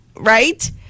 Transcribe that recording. Right